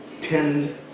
tend